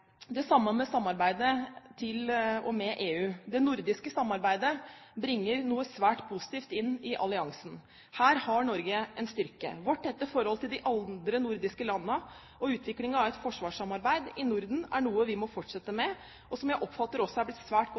Det samme gjelder samarbeidet med EU. Det nordiske samarbeidet bringer noe svært positivt inn i alliansen. Her har Norge en styrke. Vårt tette forhold til de andre nordiske landene og utviklingen av et forsvarssamarbeid i Norden er noe vi må fortsette med. Jeg oppfatter at det er blitt svært godt